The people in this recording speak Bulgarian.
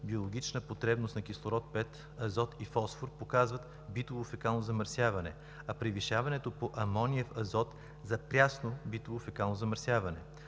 биологична потребност на кислород, азот и фосфор показват битово-фекално замърсяване, а превишаването на амониев азот – за прясно битово-фекално замърсяване.